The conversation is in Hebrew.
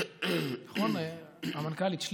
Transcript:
נכון, המנכ"לית?